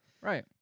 Right